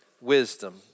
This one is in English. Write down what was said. Wisdom